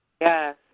Yes